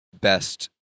best